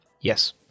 Yes